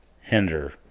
Hinder